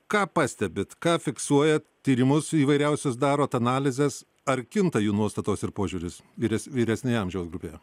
ką pastebit ką fiksuojat tyrimus įvairiausius darot analizes ar kinta jų nuostatos ir požiūris vyres vyresnėje amžiaus grupėje